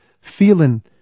feeling